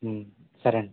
సరేండి